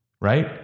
Right